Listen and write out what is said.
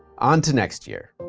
onto next year.